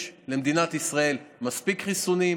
שיש למדינת ישראל מספיק חיסונים.